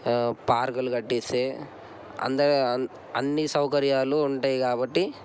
పార్కులు కట్టిస్తే అందరు అన్నీ సౌకర్యాలు ఉంటాయి కాబట్టి